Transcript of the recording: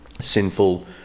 sinful